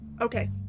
Okay